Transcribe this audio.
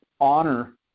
honor